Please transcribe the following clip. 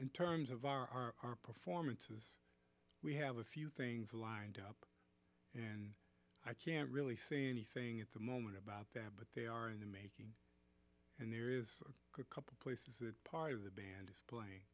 in terms of our performances we have a few things lined up and i can't really say anything at the moment about that but they are in the making and there is a couple places that part of the band